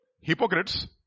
hypocrites